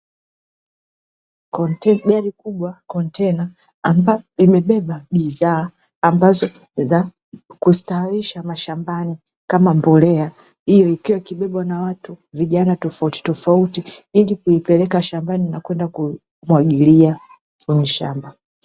Kontena kubwa kontena ambapo imebeba bidhaa ambazo za kustawisha mashambani kama mbolea, ili ikiwa ikibebwa na watu vijana tofauti ili kuipeleka shambani na kwenda kumwagilia kwenye shamba.